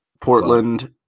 Portland